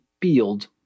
field